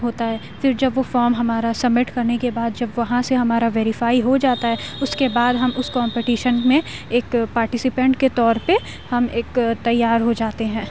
ہوتا ہے پھر جب وہ فارم ہمارا سبمٹ کرنے کے بعد جب وہاں سے ہمارا ویریفائی ہو جاتا ہے اس کے بعد ہم اس کومپٹیشن میں ایک پارٹیسپینٹ کے طور پہ ہم ایک تیار ہو جاتے ہیں